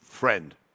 Friend